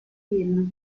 film